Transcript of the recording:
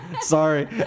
Sorry